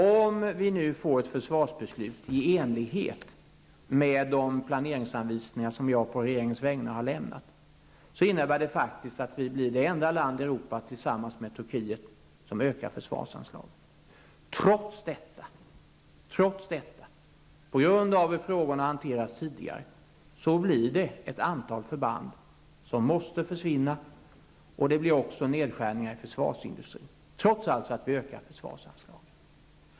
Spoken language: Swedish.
Om vi nu får ett försvarsbeslut i enlighet med de planeringsanvisningar som jag å regeringens vägnar har lämnat, innebär det faktiskt att Sverige blir det enda land i Europa tillsammans med Turkiet som ökar försvarsanslagen. Trots detta -- beroende på hur frågorna har hanterats tidigare -- måste ett antal förband försvinna, och det blir också nedskärningar inom försvarsindustrin.